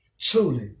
truly